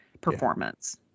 performance